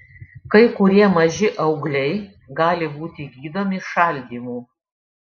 kai kurie maži augliai gali būti gydomi šaldymu